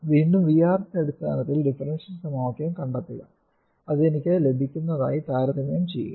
വീണ്ടും VR ന്റെ അടിസ്ഥാനത്തിൽ ഡിഫറൻഷ്യൽ സമവാക്യം കണ്ടെത്തുക അത് എനിക്ക് ലഭിക്കുന്നതുമായി താരതമ്യം ചെയ്യുക